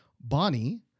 Bonnie